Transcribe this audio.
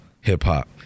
hip-hop